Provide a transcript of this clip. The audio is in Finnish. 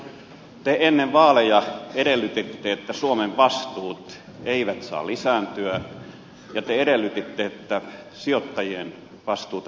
te ennen vaaleja edellytitte että suomen vastuut eivät saa lisääntyä ja te edellytitte että sijoittajien vastuuta pitää lisätä